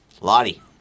Lottie